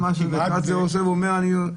הוא לא מעושה.